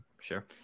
Sure